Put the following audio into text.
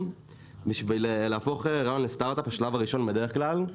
השלב הראשון בדרך כלל הוא לגרום לאנשים הקרובים אליך,